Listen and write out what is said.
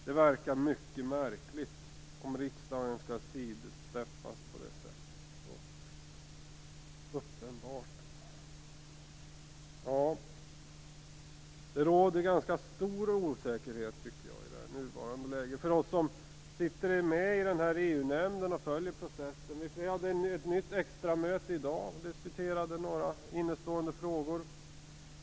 Det verkar mycket märkligt om riksdagen skall sidosteppas på det sättet. Det råder ganska stor osäkerhet i nuvarande läge, också för oss som sitter med i EU-nämnden och följer processen. Vi hade ett extra möte i dag då vi diskuterade några innestående frågor.